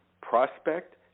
prospect